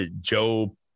Joe